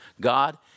God